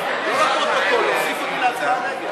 לא לפרוטוקול, להוסיף אותי להצבעה נגד.